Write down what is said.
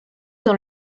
dans